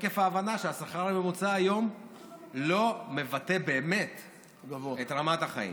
מתוקף ההבנה שהשכר הממוצע היום לא מבטא באמת את רמת החיים.